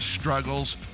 struggles